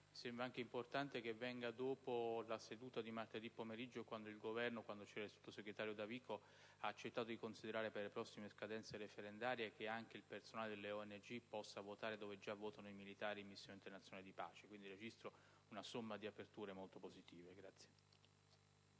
Sembra anche importante che venga dopo la seduta di martedì pomeriggio, quando il Governo, con il sottosegretario Davico, ha accettato di considerare che, per le prossime scadenze referendarie, anche il personale delle ONG possa votare dove già votano i militari impegnati nelle missioni internazionali di pace. Registro quindi una somma di aperture molto positive.